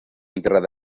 enterrada